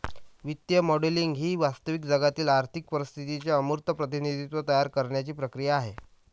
वित्तीय मॉडेलिंग ही वास्तविक जगातील आर्थिक परिस्थितीचे अमूर्त प्रतिनिधित्व तयार करण्याची क्रिया आहे